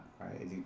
right